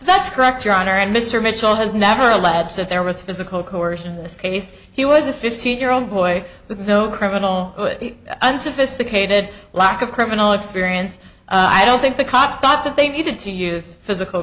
that's correct your honor and mr mitchell has never allege that there was physical coercion in this case he was a fifteen year old boy with no criminal unsophisticated lack of criminal experience i don't think the cops thought that they needed to use physical